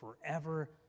forever